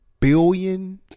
Billion